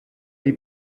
die